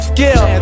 Skill